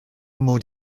mod